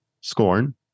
scorn